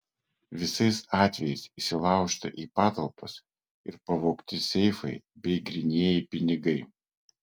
visais atvejais įsilaužta į patalpas ir pavogti seifai bei grynieji pinigai